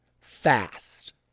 fast